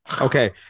okay